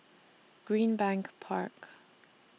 Greenbank Park